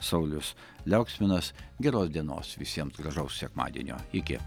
saulius liauksminas geros dienos visiem gražaus sekmadienio iki